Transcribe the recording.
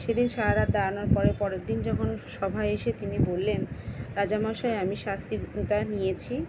সেদিন সারা রাত দাঁড়ানোর পরে পরের দিন যখন স সভায় এসে তিনি বললেন রাজা মশাই আমি শাস্তিটা নিয়েছি